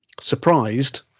surprised